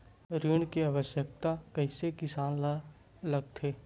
ऋण के आवश्कता कइसे इंसान ला होथे?